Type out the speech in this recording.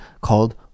called